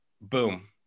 Boom